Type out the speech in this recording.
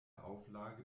auflage